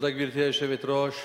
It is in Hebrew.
גברתי היושבת-ראש,